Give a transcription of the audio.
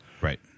right